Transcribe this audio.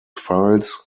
files